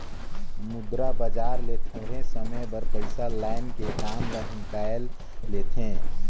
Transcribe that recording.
मुद्रा बजार ले थोरहें समे बर पइसा लाएन के काम ल हिंकाएल लेथें